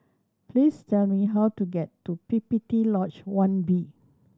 please tell me how to get to P P T Lodge One B